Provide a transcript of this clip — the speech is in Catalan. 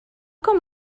com